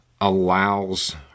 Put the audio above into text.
allows